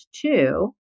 two